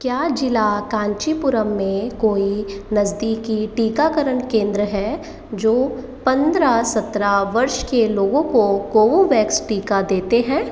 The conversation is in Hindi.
क्या जिला काँचीपुरम में कोई नज़दीकी टीकाकरण केंद्र हैं जो पन्द्रह सत्रह वर्ष के लोगों को कोवोवैक्स टीका देते हैं